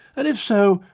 and if so,